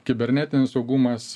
kibernetinis saugumas